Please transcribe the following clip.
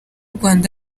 rwanda